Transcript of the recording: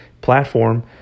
platform